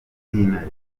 intare